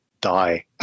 die